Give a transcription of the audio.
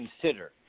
consider